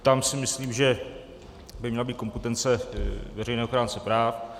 Tam si myslím, že by měla být kompetence veřejného ochránce práv.